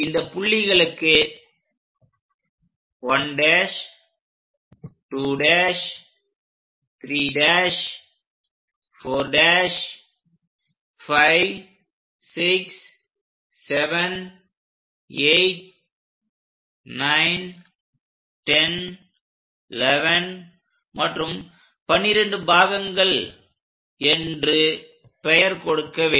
இந்தப் புள்ளிகளுக்கு 1' 2' 3' 4' 5 6 7 8 9 10 11 மற்றும் 12 பாகங்கள் என்று பெயர் கொடுக்க வேண்டும்